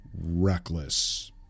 Reckless